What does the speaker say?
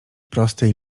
prostej